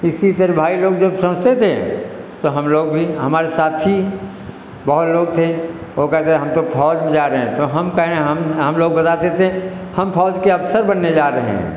इसी तरह भाई लोग जब समझते थे तो हम लोग उन्हीं हमारे साथी बहुत लोग थे वो कहते हम तो फ़ौज में जा रहे तो हम कहें हम हम लोग बताते थे हम फ़ौज के अफसर बनने जा रहे हैं